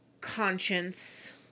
conscience